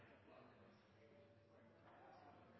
det. Takk for en